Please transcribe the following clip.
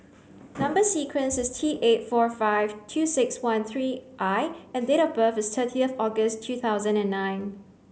number sequence is T eight four five two six one three I and date of birth is thirtieth August two thousand and nine